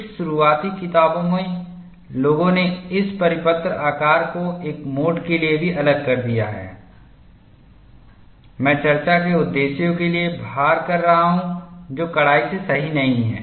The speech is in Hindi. कुछ शुरुआती किताबों में लोगों ने इस परिपत्र आकार को एक मोड के लिए भी अलग कर दिया है मैं चर्चा के उद्देश्यों के लिए भार कर रहा हूं जो कड़ाई से सही नहीं है